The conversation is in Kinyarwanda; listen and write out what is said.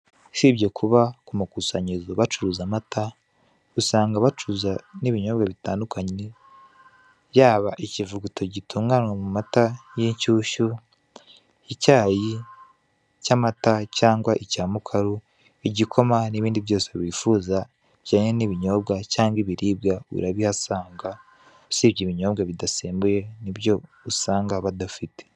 Usibye kuba ku makusanyirizo bacuruza amata, usanga bacuza n'ibinyobwa bitandukanye yaba ikivuguto gitunganywa mu mata y'inshyushyu, icyayi cy'amata cyangwa icya mukaru, igikoma n'ibindi byose wifuza bijyanye n'ibinyobwa cyangwa ibiribwa urabihasanga usibye ibinyobwa bidasembuye ni byo usanga badafite.